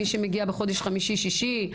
מי שמגיעה בחודש חמישי-שישי,